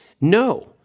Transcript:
No